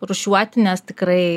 rūšiuoti nes tikrai